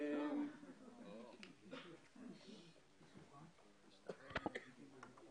כמו שאמרת, בלי הסיוע של חברת